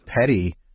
petty